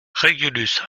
régulus